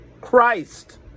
Christ